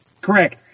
Correct